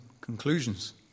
conclusions